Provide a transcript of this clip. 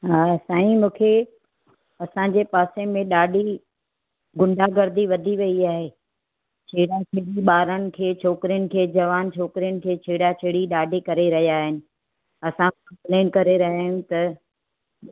हा साई मूंखे असांजे पासे में ॾाढी गुंडा गर्दी वधी वई आहे छेड़ाछेड़ी बारनि खे छोकिरियुनि खे जवान छोकिरियुनि खे छेडा़छेड़ी ॾाढी करे रहिया आहिनि असां कंप्लेन करे रहिया आहियूं त